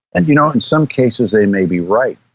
and you know, in some cases they may be right.